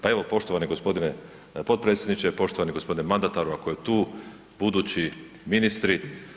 Pa evo, poštovani g. potpredsjedniče, poštovani g. mandataru, ako je tu, budući ministri.